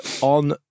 on